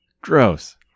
gross